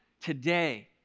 today